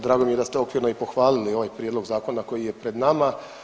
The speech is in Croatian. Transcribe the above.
Drago mi je da ste okvirno i pohvalili ovaj prijedlog zakona koji je pred nama.